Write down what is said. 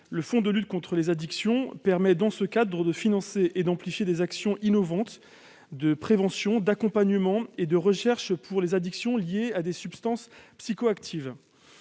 le fonds de lutte contre les addictions permet de financer et d'amplifier des actions innovantes de prévention, d'accompagnement et de recherche sur les addictions liées à des substances psychoactives.